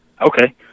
Okay